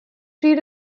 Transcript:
pre